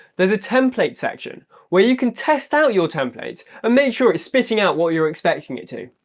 there's a template section where you can test out your templates and make sure it's spitting out what you're expecting it to.